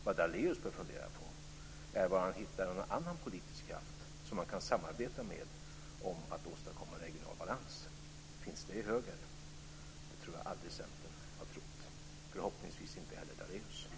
Vad Lennart Daléus bör fundera på är var han hittar en annan politisk kraft som han kan samarbeta med när det gäller att åstadkomma regional balans. Finns det i högern? Det tror jag aldrig att Centern har trott. Förhoppningsvis inte heller Lennart Daléus.